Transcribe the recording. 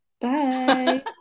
Bye